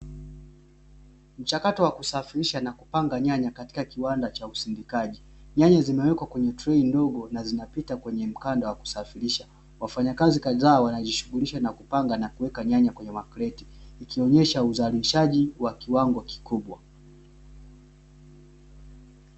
Mchakato wa kusafirisha na kupanga nyanya katika kiwanda cha usindikaji nyanya zimewekwa kwenye trei dogo zinapita kwenye mkanda wafanya biasharaa kadhaa wananyafanya kazi ya kupanga nyanya kwenye makreti